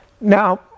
Now